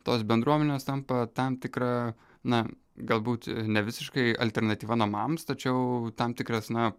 tos bendruomenės tampa tam tikra na galbūt ne visiškai alternatyva namams tačiau tam tikras na